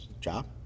job